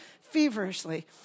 feverishly